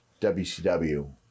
wcw